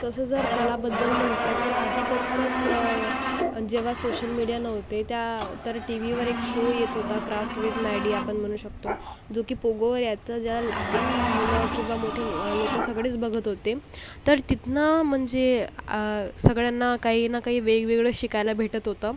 तसं जर कलाबद्दल म्हटलं तर आधीपासनंच जेव्हा सोशल मीडिया नव्हते त्या तर टी व्हीवर एक शो येत होता क्राफ्ट विथ मॅडी आपण म्हणू शकतो जो की पोगोवर यायचा ज्याला लहान मुलं किंवा मोठे मु लोकं सगळेच बघत होते तर तिथनं म्हणजे सगळ्यांना काही ना काही वेगवेगळं शिकायला भेटत होतं